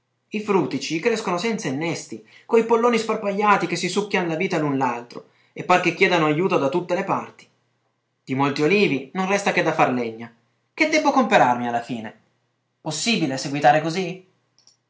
i frutici crescono senza innesti coi polloni sparpagliati che si succhian la vita l'un l'altro e par che chiedano ajuto da tutte le parti di molti olivi non resta che da far legna che debbo comperarmi alla fine possibile seguitare così